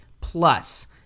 plus